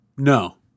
no